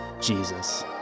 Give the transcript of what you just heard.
Jesus